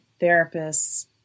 therapists